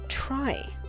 try